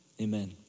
Amen